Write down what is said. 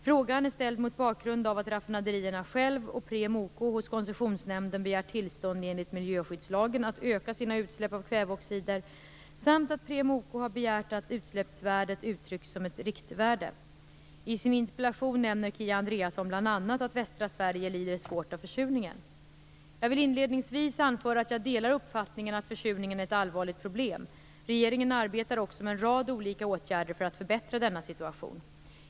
Frågan är ställd mot bakgrund av att raffinaderierna Shell och Preem-OK hos Koncessionsnämnden begärt tillstånd enligt miljöskyddslagen att öka sina utsläpp av kväveoxider samt att Preem-OK har begärt att utsläppsvärdet uttrycks som ett riktvärde. I sin interpellation nämner Kia Andreasson bl.a. att västra Sverige lider svårt av försurningen. Jag vill inledningsvis anföra att jag delar uppfattningen att försurningen är ett allvarligt problem. Regeringen arbetar också med en rad olika åtgärder för att förbättra denna situation.